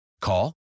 Call